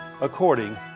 according